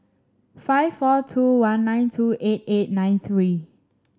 five four two one nine two eight eight nine three